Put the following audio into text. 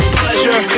pleasure